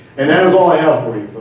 and that is all i have